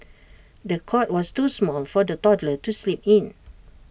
the cot was too small for the toddler to sleep in